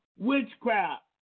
Witchcraft